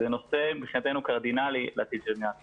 זה נושא מבחינתנו קרדינלי לעתיד של מדינת ישראל.